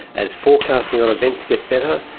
as forecasting on events get better,